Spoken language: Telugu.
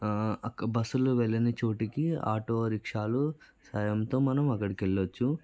అక్కడ బస్సులు వెళ్ళని చోటుకి ఆటోరిక్షాలు సాయంతో మనం అక్కడికి వెళ్ళవచ్చు